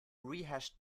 rehashed